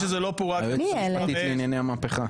רשאי כבר היום לקבל מתנות מחברים ומבני משפחה,